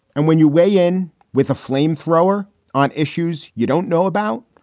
and when you weigh in with a flame thrower on issues you don't know about,